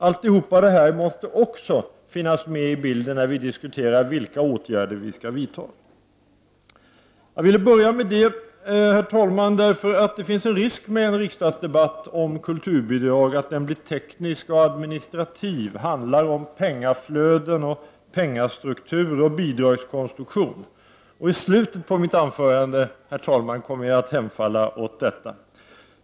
Allt detta måste finnas med i bilden när vi diskuterar de åtgärder som skall vidtas. Jag ville börja med detta, herr talman, därför att det finns en risk att en 5 riksdagsdebatt om kulturbidrag blir teknisk och administrativ, att den handlar om pengaflöde, pengastruktur och bidragskonstruktion. Jag kommer själv i slutet av mitt anförande att hemfalla åt detta.